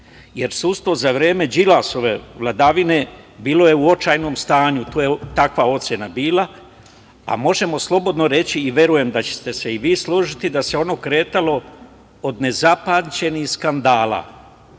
jer sudstvo za vreme Đilasove vladavine, bilo je u očajnom stanju, to je takva ocena bila, a možemo slobodno reći a verujem da ćete se i vi složiti da se ono kretalo od nezapamćenih skandala